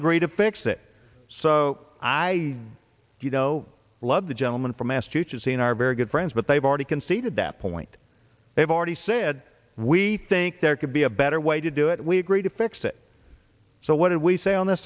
agree to fix it so i you know love the gentleman from massachusetts ian are very good friends but they've already conceded that point they've already said we think there could be a better way to do it we agreed to fix it so what did we say on the